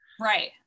Right